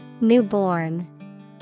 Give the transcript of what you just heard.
Newborn